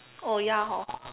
oh ya hor